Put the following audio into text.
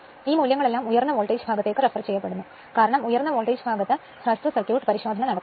ഈ മൂല്യങ്ങളെല്ലാം ഉയർന്ന വോൾട്ടേജ് ഭാഗത്തേക്ക് റഫർ ചെയ്യപ്പെടുന്നു കാരണം ഉയർന്ന വോൾട്ടേജ് ഭാഗത്ത് ഷോർട്ട് സർക്യൂട്ട് പരിശോധന നടത്തുന്നു